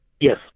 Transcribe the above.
Yes